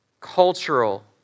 cultural